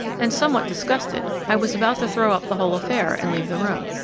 and somewhat disgusted, i was about to throw up the whole affair and leave the room.